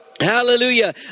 Hallelujah